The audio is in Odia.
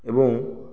ଏବଂ